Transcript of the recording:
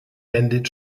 bendit